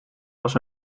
was